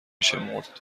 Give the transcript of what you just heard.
شمرد